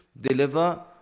deliver